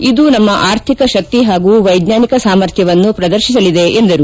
ಇದು ನಮ್ಮ ಆರ್ಥಿಕ ಶಕ್ತಿ ಹಾಗೂ ವೈಜ್ಞಾನಿಕ ಸಾಮರ್ಥ್ಯವನ್ನು ಪ್ರದರ್ತಿಸಲಿದೆ ಎಂದರು